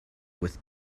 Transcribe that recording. with